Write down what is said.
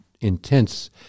intense